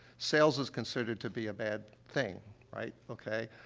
sales is considered to be a bad thing, right? okay?